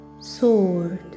sword